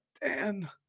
Dan